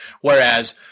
Whereas